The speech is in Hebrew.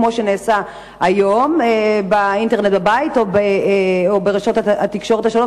כמו שנעשה היום באינטרנט בבית או ברשתות התקשורת השונות,